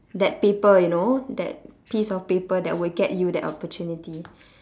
that paper you know that piece of paper that will get you that opportunity